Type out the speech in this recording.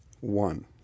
One